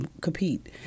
compete